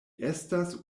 estas